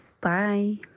Bye